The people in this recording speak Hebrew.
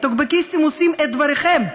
הטוקבקיסטים עושים את דברכם,